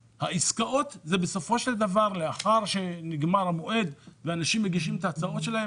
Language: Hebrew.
העסקאות זה כשאנשים מגישים את ההצעות שלהם,